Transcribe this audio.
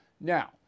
Now